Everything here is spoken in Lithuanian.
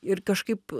ir kažkaip